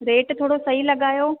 rate थोरो सही लॻायो